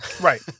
Right